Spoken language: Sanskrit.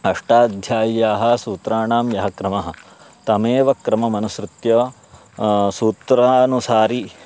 अष्टाध्याय्याः सूत्राणां यः क्रमः तमेव क्रममनुसृत्य सूत्रानुसारि